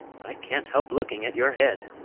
i can't help looking at your head